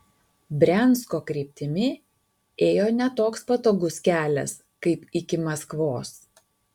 briansko kryptimi ėjo ne toks patogus kelias kaip iki maskvos